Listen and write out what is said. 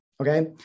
Okay